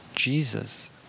Jesus